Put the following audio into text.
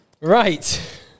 right